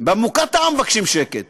במוקטעה מבקשים שקט